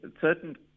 certain